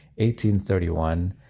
1831